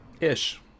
Ish